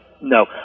No